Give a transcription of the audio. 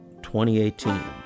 2018